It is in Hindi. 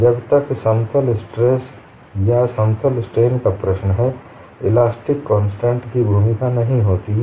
जब तक समतल स्ट्रेस या समतल स्ट्रेन का प्रश्न है इलास्टिक कॉन्स्टेंट की भूमिका नहीं होती है